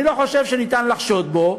אני לא חושב שניתן לחשוד בו